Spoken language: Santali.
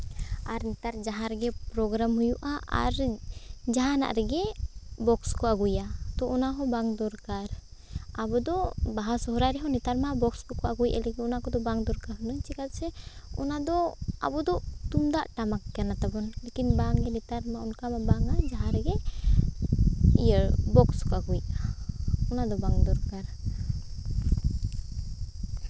ᱟᱨ ᱱᱮᱛᱟᱨ ᱡᱟᱦᱟᱸ ᱨᱮᱜᱮ ᱯᱨᱳᱜᱨᱟᱢ ᱦᱩᱭᱩᱜᱼᱟ ᱟᱨ ᱡᱟᱦᱟᱱᱟᱜ ᱨᱮᱜᱮ ᱵᱚᱠᱥ ᱠᱚ ᱟᱹᱜᱩᱭᱟ ᱛᱚ ᱚᱱᱟ ᱦᱚᱸ ᱵᱟᱝ ᱫᱚᱨᱠᱟᱨ ᱟᱵᱚ ᱫᱚ ᱵᱟᱦᱟ ᱥᱚᱦᱚᱨᱟᱭ ᱨᱮᱦᱚᱸ ᱱᱮᱛᱟᱨ ᱢᱟ ᱵᱚᱠᱥ ᱠᱚᱠᱚ ᱟᱹᱜᱩᱭᱮᱜᱼᱟ ᱤᱠᱷᱟᱹᱱ ᱚᱱᱟ ᱠᱚᱫᱚ ᱵᱟᱝ ᱫᱚᱨᱠᱟᱨ ᱦᱩᱱᱟᱹᱝ ᱪᱮᱫᱟᱜ ᱥᱮ ᱚᱱᱟ ᱫᱚ ᱟᱵᱚ ᱫᱚ ᱛᱩᱢᱫᱟᱜ ᱴᱟᱢᱟᱠ ᱠᱟᱱᱟ ᱛᱟᱵᱚᱱ ᱞᱤᱠᱤᱱ ᱵᱟᱝ ᱜᱮ ᱱᱮᱛᱟᱨ ᱢᱟ ᱚᱱᱠᱟ ᱢᱟ ᱵᱟᱝᱟ ᱡᱟᱦᱟᱸ ᱨᱮᱜᱮ ᱤᱭᱟᱹ ᱵᱚᱠᱥᱚ ᱠᱚ ᱟᱹᱜᱩᱭᱮᱜᱼᱟ ᱚᱱᱟ ᱫᱚ ᱵᱟᱝ ᱫᱚᱨᱠᱟᱨ